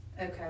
okay